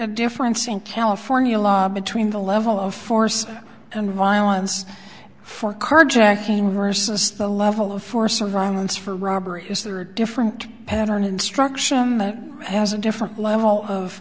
a difference in california law between the level of force and violence for carjacking versus the level of force or violence for robbery is there a different pattern instruction has a different level of